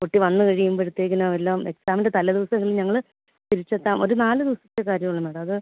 കുട്ടി വന്നു കഴിയുമ്പോഴത്തേക്കിന് വല്ലതും എക്സാമിന്റെ തലെ ദിവസം എങ്കിലും ഞങ്ങൾ തിരിച്ചെത്താം ഒരു നാലു ദിവസത്തെ കാര്യമേ ഉള്ളു മേഡം അത്